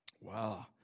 Wow